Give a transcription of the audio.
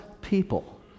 people